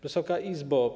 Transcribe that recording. Wysoka Izbo!